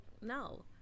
no